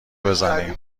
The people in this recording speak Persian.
بزنیم